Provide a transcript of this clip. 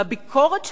והביקורת שלהם,